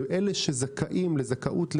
זה אלה שזכאים לזכאות למשכנתא,